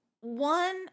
one